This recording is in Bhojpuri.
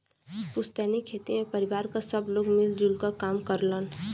पुस्तैनी खेती में परिवार क सब लोग मिल जुल क काम करलन